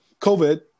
COVID